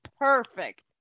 perfect